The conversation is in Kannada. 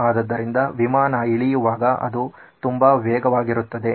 ಆದ್ದರಿಂದ ವಿಮಾನ ಇಳಿಯುವಾಗ ಅದು ತುಂಬಾ ವೇಗವಾಗಿರುತ್ತದೆ